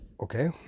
okay